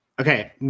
Okay